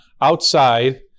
outside